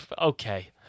Okay